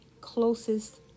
closest